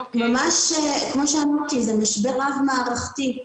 כמו שאמרתי, זה משבר רב מערכתי.